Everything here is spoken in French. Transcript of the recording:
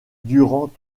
durant